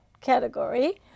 category